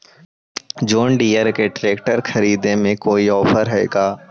जोन Deere के tractor खरिदे में कोई औफर है का?